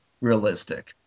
realistic